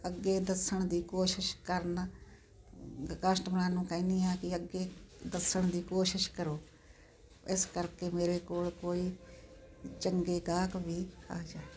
ਅੱਗੇ ਦੱਸਣ ਦੀ ਕੋਸ਼ਿਸ਼ ਕਰਨ ਕਸਟਮਰਾਂ ਨੂੰ ਕਹਿੰਨੀ ਹਾਂ ਕਿ ਅੱਗੇ ਦੱਸਣ ਦੀ ਕੋਸ਼ਿਸ਼ ਕਰੋ ਇਸ ਕਰਕੇ ਮੇਰੇ ਕੋਲ ਕੋਈ ਚੰਗੇ ਗਾਹਕ ਵੀ ਆ ਜਾਣ